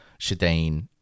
Shadeen